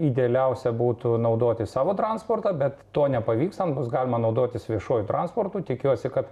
idealiausia būtų naudoti savo transportą bet to nepavykstant bus galima naudotis viešuoju transportu tikiuosi kad